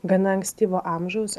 gana ankstyvo amžiaus